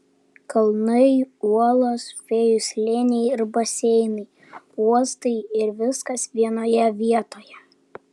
kalnai uolos fėjų slėniai ir baseinai uostai ir viskas vienoje vietoje